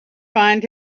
find